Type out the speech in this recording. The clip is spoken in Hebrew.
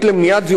ככה היא נקראת,